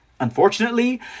Unfortunately